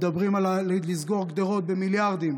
מדברים על לסגור גדרות במיליארדים,